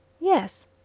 Yes